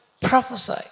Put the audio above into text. prophesy